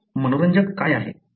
मनोरंजक काय आहे